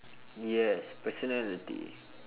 yes personality